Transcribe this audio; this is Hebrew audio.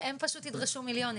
הם פשוט יידרשו מיליונים,